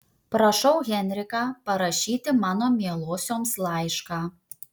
prašau henriką parašyti mano mielosioms laišką